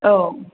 औ